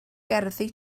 gerddi